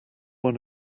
one